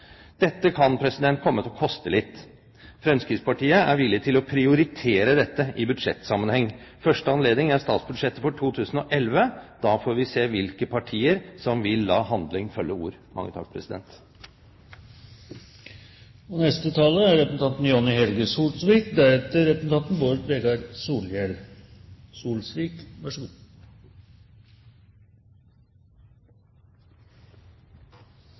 Dette kan komme til å koste litt. Fremskrittspartiet er villig til å prioritere dette i budsjettsammenheng. Første anledning er statsbudsjettet for 2011, da får vi se hvilke partier som vil la handling følge ord. Igjen er verneplikten et tema, og